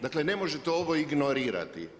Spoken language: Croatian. Dakle ne možete ovo ignorirati.